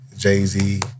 Jay-Z